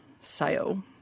sale